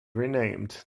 renamed